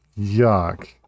yuck